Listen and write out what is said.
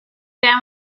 down